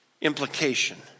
implication